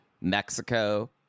Mexico